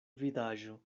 vidaĵo